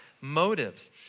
motives